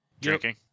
Drinking